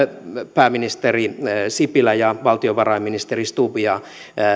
pääministeri sipilä ja valtiovarainministeri stubb ja